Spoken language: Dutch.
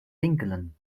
winkelen